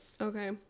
Okay